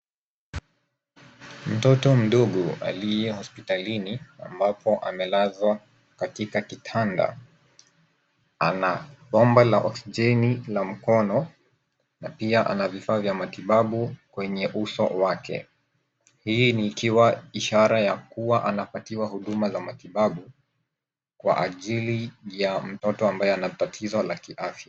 Mtoto mdogo aliye hospitalini ambapo amelazwa katika kitanda. Ana pamba la oksijeni la mkono, na pia ana vifaa vya matibabu kwenye uso wake. Hii ni ikiwa ishara ya kuwa anapatiwa huduma za matibabu kwa ajili ya mtoto ambaye ana tatizo la kiafya.